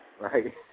Right